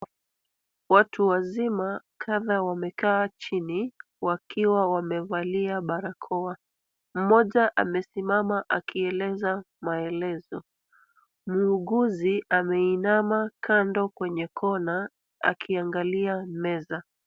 Watu wazima kadhaa wamekaa chini wakiwa wamevalia barakoa. Mmoja amesimama akieleza maelezo. Muuguzi ameinama kando kwenye kona akiangalia meza.